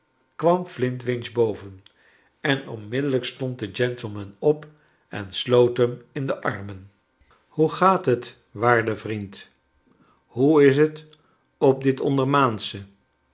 kwam kleine dor kit flintwinch boven en onmiddellijk stond de gentleman op en sloot hem in de armen hoe gaat het waarde vriend hoe is t op dit ondermaansche